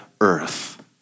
earth